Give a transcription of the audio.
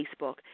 Facebook